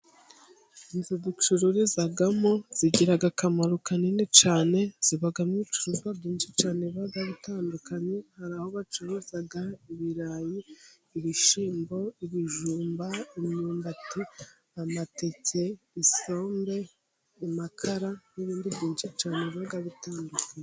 Inzu ducururizamo zigira akamaro kanini cyane. Zibamo ibicuzwa byinshi cyane biba bitandukanye, hari aho bacuruza ibirayi, ibishyimbo, ibijumba, imyumbati, amateke, isombe, amakara n'ibindi byinshi cyane biba bitandukanye.